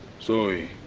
sorry!